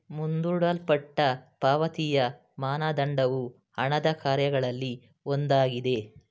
ಮುಂದೂಡಲ್ಪಟ್ಟ ಪಾವತಿಯ ಮಾನದಂಡವು ಹಣದ ಕಾರ್ಯಗಳಲ್ಲಿ ಒಂದಾಗಿದೆ